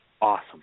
Awesome